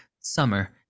summer